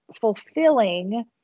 fulfilling